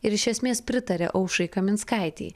ir iš esmės pritaria aušrai kaminskaitei